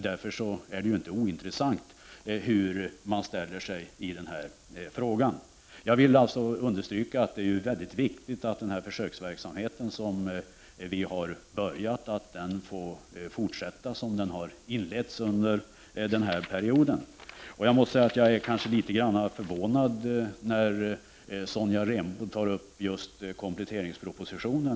Därför är det inte ointressant hur man ställer sig i den här frågan. Jag vill understryka att det är viktigt att den försöksverksamhet som har påbörjats får fortsätta som den har inletts under den här perioden. Jag är något förvånad över att Sonja Rembo tar upp just kompletteringspropositionen.